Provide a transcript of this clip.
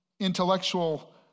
intellectual